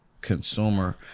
consumer